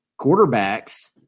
quarterbacks